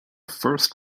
first